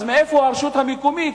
אז מאיפה הרשות המקומית,